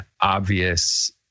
obvious